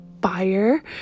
fire